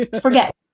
forget